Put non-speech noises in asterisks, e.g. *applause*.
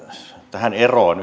tähän eroon *unintelligible*